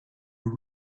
with